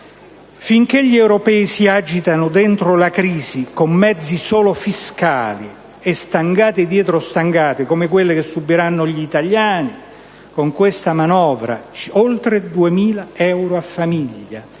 Finché gli europei si agitano dentro la crisi con mezzi solo fiscali e stangate dietro stangate» - come quelle che subiranno gli italiani con questa manovra (si tratta di oltre 2.000 euro a famiglia)